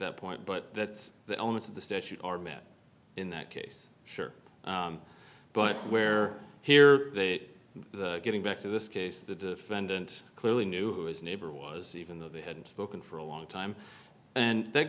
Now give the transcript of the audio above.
that point but that's the onus of the statute or met in that case sure but where here the getting back to this case the defendant clearly knew his neighbor was even though they hadn't spoken for a long time and that